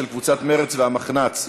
של קבוצת סיעת מרצ וקבוצת סיעת המחנה הציוני.